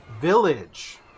village